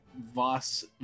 Voss